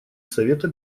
совета